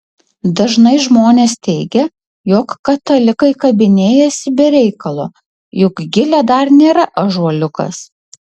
dažnai žmonės teigia jog katalikai kabinėjasi be reikalo juk gilė dar nėra ąžuoliukas